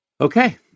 Okay